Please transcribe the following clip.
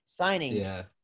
signings